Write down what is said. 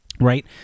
right